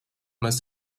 must